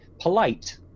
polite